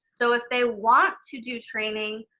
so if they want to do training,